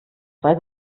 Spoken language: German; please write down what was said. zwei